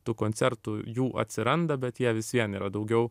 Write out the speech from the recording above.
tų koncertų jų atsiranda bet jie vis vien yra daugiau